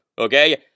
okay